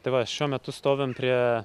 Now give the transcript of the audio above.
tai va šiuo metu stovinm prie